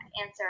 answer